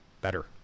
better